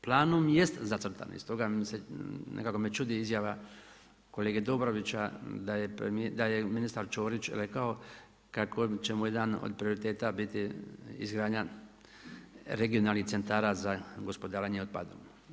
Planom jest zacrtano i stoga nekako me čudi izjava kolege Dobrovića da je ministar Ćorić rekao kako će mu jedan od prioriteta biti izgradnja regionalnih centara za gospodarenje otpadom.